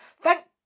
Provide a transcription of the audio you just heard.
Thank